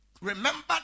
Remember